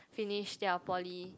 finish their poly